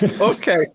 Okay